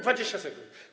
20 sekund.